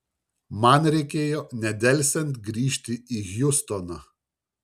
man reikėjo nedelsiant grįžti į hjustoną